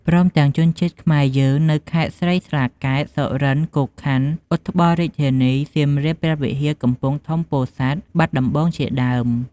ព្រមទាំងជនជាតិខ្មែរយើងនៅខេត្តស្រីស្លាកែត សុរិន្ទ្រ គោកខណ្ឌ ឧត្បលរាជធានី សៀមរាប ព្រះវិហារ កំពង់ធំ ពោធិ៍សាត់ បាត់ដំបងជាដើម។